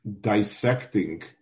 dissecting